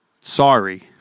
Sorry